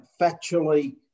factually